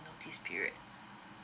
notice period